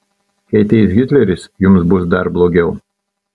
kai ateis hitleris jums bus dar blogiau